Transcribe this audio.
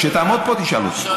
כשתעמוד פה, תשאל אותי.